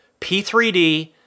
P3D